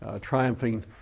triumphing